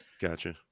gotcha